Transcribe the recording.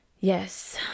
Yes